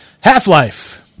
Half-Life